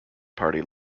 party